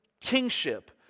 kingship